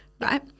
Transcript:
right